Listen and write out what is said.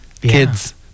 kids